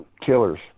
killers